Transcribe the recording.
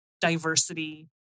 diversity